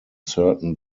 certain